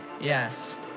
yes